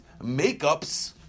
makeups